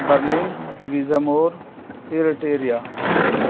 Berlin ویژمور Eritrea